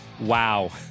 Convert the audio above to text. Wow